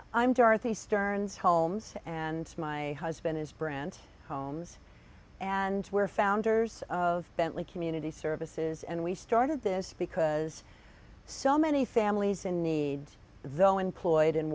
i'm dorothy stern's homes and my husband is brant holmes and we're founders of bentley community services and we started this because so many sam lees in need though employed